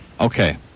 Okay